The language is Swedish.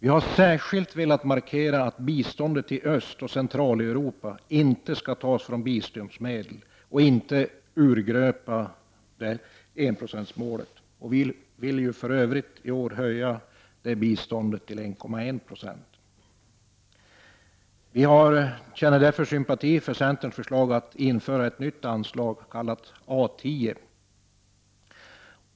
Vi har särskilt velat markera att biståndet till Östoch Centraleuropa inte skall tas från biståndsmedel och inte urgröpa enprocentsmålet. Vi vill för övrigt i år höja u-landsbiståndet till 1,1 90. Vi känner därför sympati för centerns förslag att införa ett nytt anslag, kallat A 10.